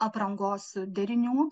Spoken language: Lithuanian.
aprangos derinių